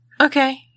Okay